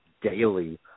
daily